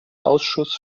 ausschuss